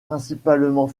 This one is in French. principalement